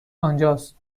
آنجاست